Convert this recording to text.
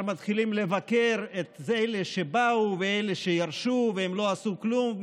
כבר מתחילים לבקר את אלה שבאו ואת אלה שירשו והם לא עשו כלום,